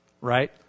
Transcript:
right